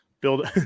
build